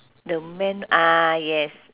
the men ah yes